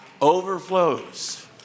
overflows